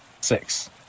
Six